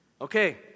Okay